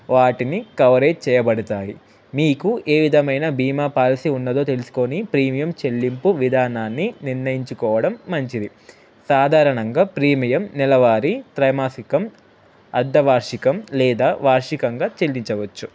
వాటిని కవరేజ్ చేయబడతాయి మీకు ఏ విధమైన బీమా పాలసీ ఉన్నదో తెలుసుకొని ప్రీమియం చెల్లింపు విధానాన్ని నిర్ణయించుకోవడం మంచిది సాధారణంగా ప్రీమియం నెలవారి త్రైమాసికం అర్ద వార్షికం లేదా వార్షికంగా చెల్లించవచ్చు